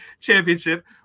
Championship